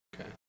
Okay